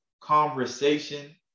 conversation